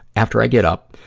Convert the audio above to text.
after i get up,